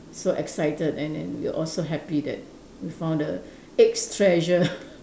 so excited and and we all so happy that we found the eggs treasure